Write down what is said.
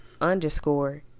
underscore